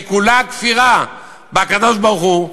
שהיא כולה כפירה בקדוש-ברוך-הוא,